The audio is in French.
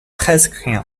presque